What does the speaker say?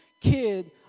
kid